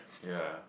ya